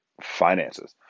finances